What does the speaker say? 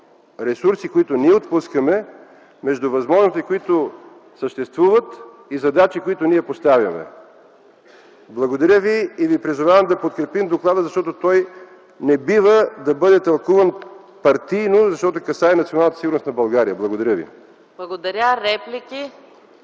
ресурси, които ние отпускаме, между възможности, които съществуват, и задачи, които ние поставяме. Благодаря ви и ви подканям да подкрепим доклада, защото той не бива да бъде тълкуван партийно, тъй като касае националната сигурност на България. ПРЕДСЕДАТЕЛ ЕКАТЕРИНА